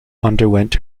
underwent